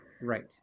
Right